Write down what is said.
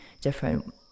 different